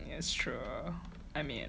it's true I mean